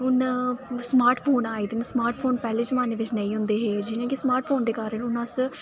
हून smart phone दे न स्मार्ट फोन पैह्ले जमाने बिच नेईं होंदे हे जि'यां स्मार्ट फोन दे कारण